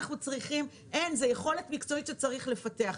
זה יכולת מקצועית שצריך לפתח.